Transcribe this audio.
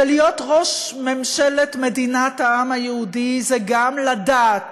ולהיות ראש ממשלת מדינת העם היהודי זה גם לדעת